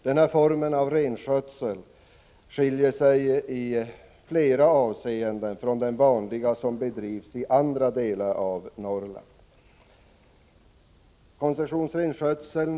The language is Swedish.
Denna form av renskötsel skiljer sig i flera avseenden från den som bedrivs i andra delar av Norrland.